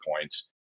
points